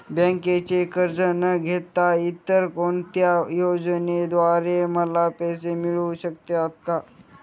बँकेचे कर्ज न घेता इतर कोणत्या योजनांद्वारे मला पैसे मिळू शकतात?